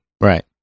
Right